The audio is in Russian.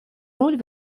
роль